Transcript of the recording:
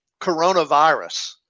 coronavirus